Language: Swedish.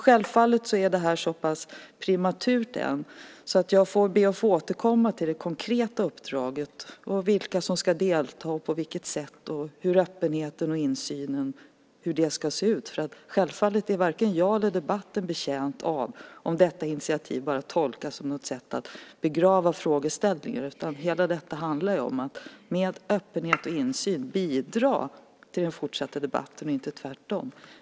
Självfallet är det här så pass prematurt än att jag får be att få återkomma till det konkreta uppdraget, vilka som ska delta, på vilket sätt de ska delta och hur öppenhet och insyn ska se ut. Självfallet är varken jag eller debatten betjänta av om detta initiativ bara tolkas som ett sätt att begrava frågeställningen. Allt detta handlar ju om att med öppenhet och insyn bidra till den fortsatta debatten - inte tvärtom.